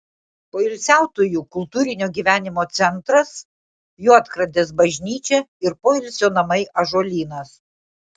poilsiautojų kultūrinio gyvenimo centras juodkrantės bažnyčia ir poilsio namai ąžuolynas